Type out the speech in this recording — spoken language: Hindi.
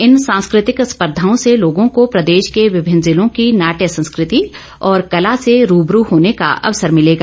इन सांस्कृतिक स्पर्धाओं से लोगों को प्रदेश के विभिन्न जिलों की नाट्य संस्कृति और कला से रूबरू होने का अवसर मिलेगा